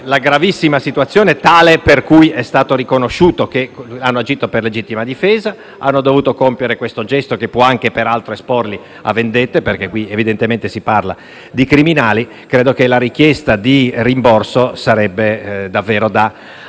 la gravissima situazione per cui è stato riconosciuto che hanno agito per legittima difesa e hanno dovuto compiere un gesto che può peraltro anche esporli a vendette, perché è evidente che si parla di criminali. Riteniamo che la richiesta di rimborso sarebbe davvero da condividere